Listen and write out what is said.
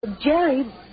Jerry